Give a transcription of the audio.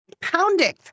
pounding